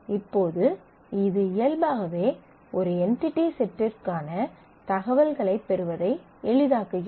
இப்போது இது இயல்பாகவே ஒரு என்டிடி செட்டிற்கான தகவல்களைப் பெறுவதை எளிதாக்குகிறது